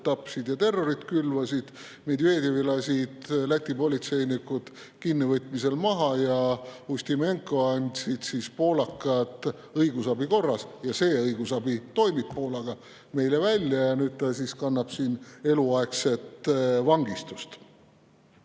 tapsid ja terrorit külvasid. Medvedevi lasid Läti politseinikud kinnivõtmisel maha ja Ustimenko andsid poolakad õigusabi korras – see õigusabi Poolaga toimib – meile välja ja nüüd ta kannab siin eluaegset vangistust.